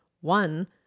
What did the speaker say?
one